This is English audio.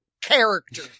character